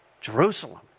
Jerusalem